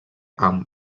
amb